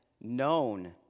known